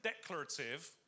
declarative